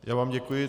Já vám děkuji.